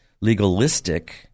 legalistic